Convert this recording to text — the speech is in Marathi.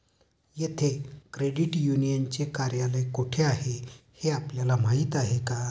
येथे क्रेडिट युनियनचे कार्यालय कोठे आहे हे आपल्याला माहित आहे का?